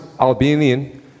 Albanian